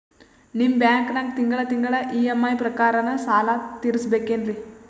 ನಿಮ್ಮ ಬ್ಯಾಂಕನಾಗ ತಿಂಗಳ ತಿಂಗಳ ಇ.ಎಂ.ಐ ಪ್ರಕಾರನ ಸಾಲ ತೀರಿಸಬೇಕೆನ್ರೀ?